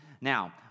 Now